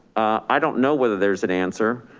i don't know whether there's an answer.